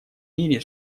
мире